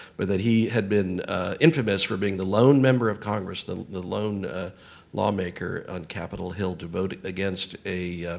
but that he had been infamous for being the lone member of congress, the the lone ah lawmaker on capitol hill to vote against a